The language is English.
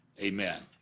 Amen